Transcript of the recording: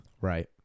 Right